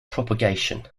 propagation